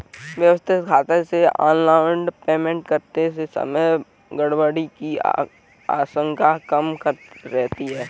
व्यवस्थित खाते से ऑनलाइन पेमेंट करते समय गड़बड़ी की आशंका कम रहती है